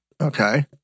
Okay